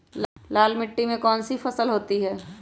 लाल मिट्टी में कौन सी फसल होती हैं?